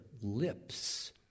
lips